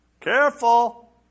Careful